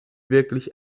wirklich